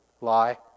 Lie